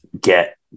get